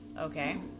okay